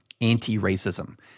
anti-racism